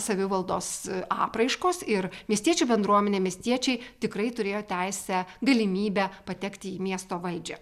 savivaldos apraiškos ir miestiečių bendruomenė miestiečiai tikrai turėjo teisę galimybę patekti į miesto valdžią